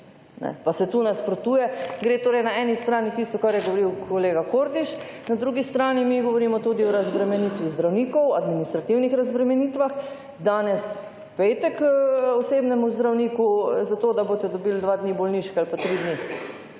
pa se tu nasprotuje. Gre torej na eni strani tisto, kar je govoril kolega Kordiš, na drugi strani mi govorimo tudi o razbremenitvi zdravnikov, administrativnih razbremenitvah. Danes pojdite k osebnemu zdravniku zato, da boste dobili 2 dni bolniške ali pa 3 dni